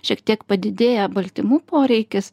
šiek tiek padidėja baltymų poreikis